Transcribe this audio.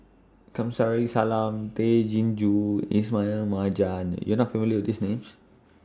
Kamsari Salam Tay Chin Joo Ismail Marjan YOU Are not familiar with These Names